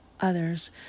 others